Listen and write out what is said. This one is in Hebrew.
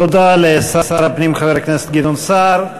תודה לשר הפנים, חבר הכנסת גדעון סער.